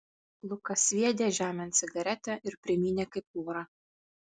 lukas sviedė žemėn cigaretę ir primynė kaip vorą